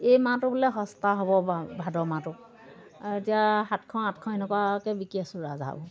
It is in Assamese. এই মাহটো বোলে সস্তা হ'ব ভাদ মাহটো এতিয়া সাতশ আঠশ এনেকুৱাকৈ বিকি আছোঁ ৰাজ হাঁহবোৰ